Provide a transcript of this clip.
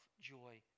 joy